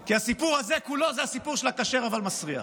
כי הסיפור הזה כולו הוא הסיפור של כשר אבל מסריח.